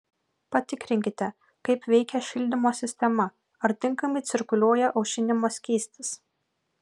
patikrinkite kaip veikia šildymo sistema ar tinkamai cirkuliuoja aušinimo skystis